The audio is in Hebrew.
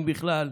אם בכלל,